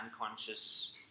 unconscious